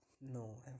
No